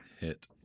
Hit